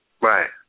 Right